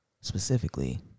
Specifically